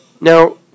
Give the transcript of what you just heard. Now